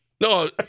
No